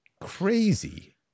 crazy